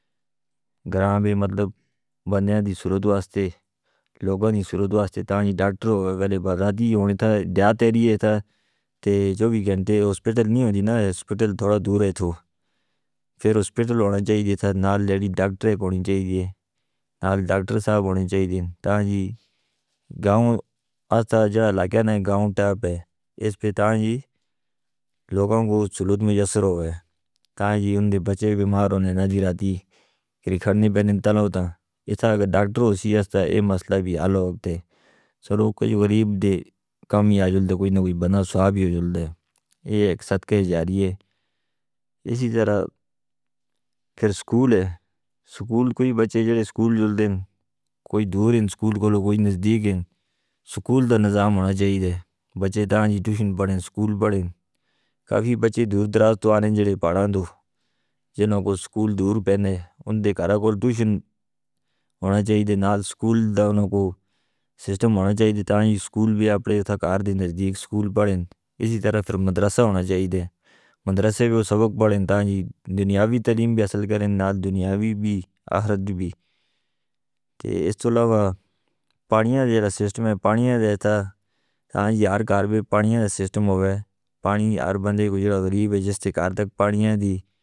گھران بھی مطلب ونیہ دی سڑود واسطے، لوگانی سڑود واسطے تاں جی ڈاکٹر ہو گئے، پہلے بزاد ہی ہوندا ہے، دیاں تیاریاں تاں، تے جو بھی گھنٹے اسپٹل نہیں ہوندی نا، اسپٹل تھوڑا دور ہے تو، پھر اسپٹل آنے چاہیے تھا، نال لیڈی ڈاکٹر ہونے چاہیے تھے، نال ڈاکٹر صاحب ہونے چاہیے تھے۔ تاں جی گاؤں، ہستہ جاں لاکے نا گاؤں ٹاپ ہے، اسپٹل تاں جی لوگوں کو سڑود میں جسر ہو گیا، تاں جی ان دے بچے بیمار ہونے نہ دی رہا دی، کریکھڑنے پہنے تنوں تاں، اس تاں اگر ڈاکٹر ہو سی ہستا، یہ مسئلہ بھی آلوگتے۔ سنو کہ جو غریب دے کام ہی آجدے کوئی نہ کوئی بنا صاحب ہی آجدے، یہ ایک ساتھ کے جاری ہے۔ اسی طرح پھر سکول ہے، سکول کوئی بچے جو سکول جودے ہیں، کوئی دور ہیں، سکول کو لوگ کوئی نزدیک ہیں، سکول دا نظام ہونا چاہیے تھے، بچے داں جی ٹوشن پڑھیں، سکول پڑھیں، کافی بچے دور دراز تو آنے جو پڑھاندھو، جنہوں کو سکول دور پہنے ہیں، ان دے کارا کول ٹوشن ہونا چاہیے تھے، نال سکول دا ان کو سسٹم ہونا چاہیے تھے، تاں جی سکول بھی آپڑے تاں کار دے نزدیک سکول پڑھیں۔ اسی طرح پھر مدرسہ ہونا چاہیے تھے، مدرسہ بھی وہ سبق پڑھیں، تاں جی دنیاوی تعلیم بھی حاصل کریں، نال دنیاوی بھی آخرت بھی۔ اس تو علاوہ پانیوں دا سسٹم ہے، پانیوں دا تاں جی ہر کاربے پانیوں دا سسٹم ہووے، پانی ہر بندے کو جوہرہ غریب ہے جس تے کار تک پانیوں دی.